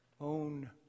own